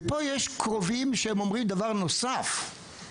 ויש פה קרובים שאומרים דבר נוסף,